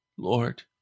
Lord